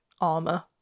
armor